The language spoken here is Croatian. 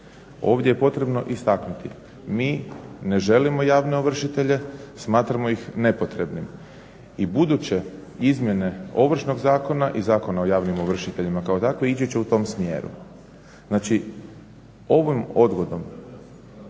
Ovdje je potrebno istaknuti, mi ne želimo javne ovršitelje, smatramo ih nepotrebnim. I buduće izmjene Ovršnog zakona i Zakona o javnim ovršiteljima kao takvim ići će u tom smjeru. Znači ovom odgodom,